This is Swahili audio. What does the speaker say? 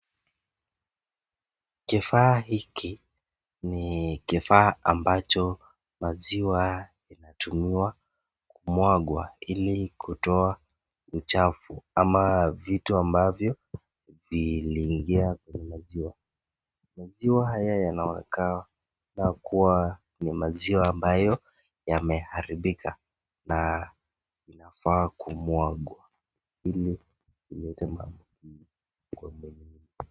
Kifaa hiki ni kifaa ambacho maziwa hutumiwa kumwagwa ili kutoa uchafu ama vitu ambavyo viliingia kwenye maziwa , maziwa haya yanaonekana kama ambayo yameharibika na inafaa kumwagwa ili isilete maambukizi.